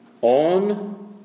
On